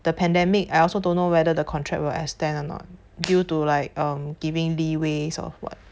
the pandemic I also don't know whether the contract will extend or not due to like um giving leeways or what